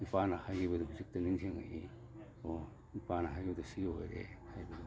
ꯏꯄꯥꯅ ꯍꯥꯏꯒꯤꯕꯗꯨ ꯍꯧꯖꯤꯛꯇ ꯅꯤꯡꯖꯤꯡꯉꯛꯏ ꯑꯣ ꯏꯄꯥꯅ ꯍꯥꯏꯒꯤꯕꯗꯨ ꯁꯤ ꯑꯣꯏꯔꯦ ꯍꯥꯏꯕꯗꯣ